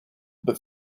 but